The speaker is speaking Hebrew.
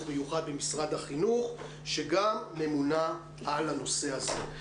מיוחד במשרד החינוך שגם ממונה על הנושא הזה.